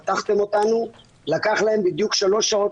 פתחתם אותנו לקח להם בדיוק שלוש שעות